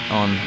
on